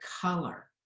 color